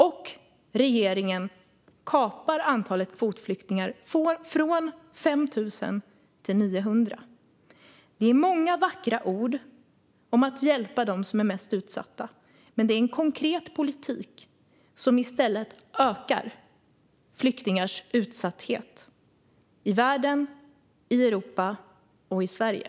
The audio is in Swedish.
Och regeringen kapar antalet kvotflyktingar, från 5 000 till 900. Det är många vackra ord om att hjälpa dem som är mest utsatta, men det är en konkret politik som i stället ökar flyktingars utsatthet, i världen, i Europa och i Sverige.